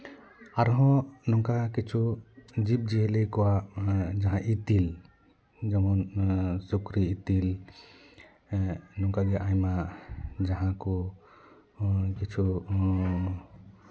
ᱟᱨᱦᱚᱸ ᱱᱚᱝᱠᱟ ᱠᱤᱪᱷᱩ ᱡᱤᱵ ᱡᱤᱭᱟᱹᱞᱤ ᱠᱚᱣᱟᱜ ᱡᱟᱦᱟᱸ ᱤᱛᱤᱞ ᱡᱮᱢᱚᱱ ᱚᱱᱟ ᱥᱩᱠᱨᱤ ᱤᱛᱤᱞ ᱱᱚᱝᱠᱟᱜᱮ ᱟᱭᱢᱟ ᱡᱟᱦᱟᱸ ᱠᱚ ᱠᱤᱪᱷᱩ